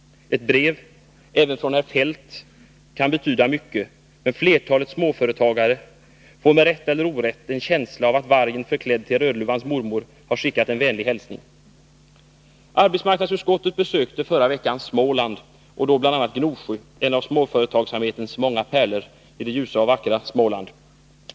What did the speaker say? Ett brev —- även ett från herr Feldt — kan betyda mycket, men flertalet småföretagare får, med rätt eller orätt, en känsla av att vargen förklädd till Rödluvans mormor har skickat en vänlig hälsning. Arbetsmarknadsutskottet besökte förra veckan Småland och då bl.a. Gnosjö — en av småföretagsamhetens många pärlor i det ljusa och vackra Småland.